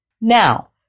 Now